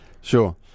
Sure